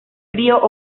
frío